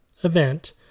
event